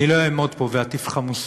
אני לא אעמוד פה ואטיף לך מוסר,